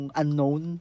unknown